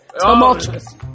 tumultuous